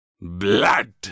Blood